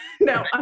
No